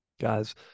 Guys